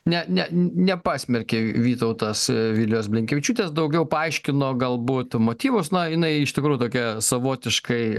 ne ne nepasmerkė vytautas vilijos blinkevičiūtės daugiau paaiškino galbūt motyvus na jinai iš tikrųjų tokia savotiškai